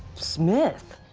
smith.